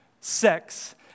sex